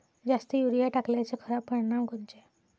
जास्त युरीया टाकल्याचे खराब परिनाम कोनचे?